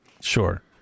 Sure